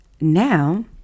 Now